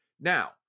Now